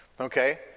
Okay